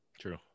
True